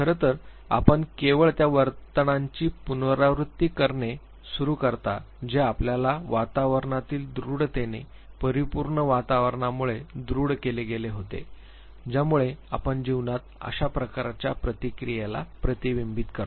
खरं तर आपण केवळ त्या वर्तनांची पुनरावृत्ती करणे सुरू करता जे आपल्याला वातावरणातील दृढतेने परिपूर्ण वातावरणामुळे दृढ केले गेले होते ज्यामुळे आपण जीवनात अशा प्रकारच्या प्रतिक्रियेला प्रतिबिंब करतो